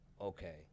okay